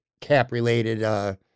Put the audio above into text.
cap-related